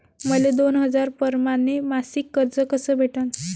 मले दोन हजार परमाने मासिक कर्ज कस भेटन?